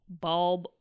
bulb